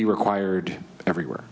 be required everywhere